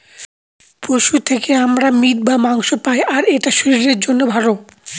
পশু থেকে আমরা মিট বা মাংস পায়, আর এটা শরীরের জন্য ভালো